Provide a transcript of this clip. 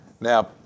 Now